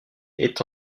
est